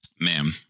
Ma'am